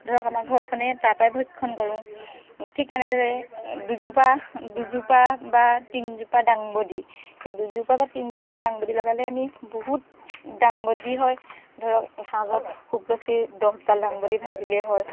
ধৰক আমাৰ ঘৰখনে তাৰপৰাই ভক্ষণ কৰোঁ ঠিক তেনেদৰে দুজোপা দুজোপা বা তিনিজোপা দাংবডি দুজোপা বা তিনিজোপা দাংবডি লগালে আমি বহুত দাংবডি হয় ধৰক এসাঁজত খুব বেছি দছডাল দাংবডি ভাজিলেই হয়